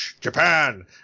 japan